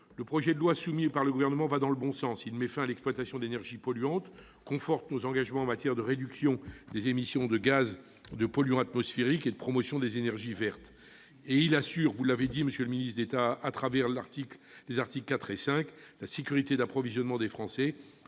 Le projet de loi va dans le bon sens : il met fin à l'exploitation d'énergies polluantes, conforte nos engagements en matière de réduction des émissions de polluants atmosphériques et de promotion des énergies vertes et il assure, comme vous l'avez souligné, monsieur le ministre d'État, à travers ses articles 4 et 5, la sécurité d'approvisionnement des Français